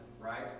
right